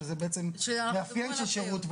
שזה בעצם מאפיין של שרות,